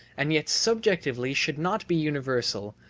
and yet subjectively should not be universal,